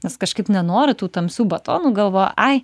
nes kažkaip nenoriu tų tamsių batonų galvojau ai